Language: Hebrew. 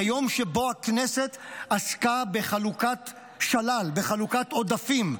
זה יום שבו הכנסת עסקה בחלוקת שלל, בחלוקת עודפים.